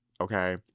okay